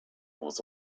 was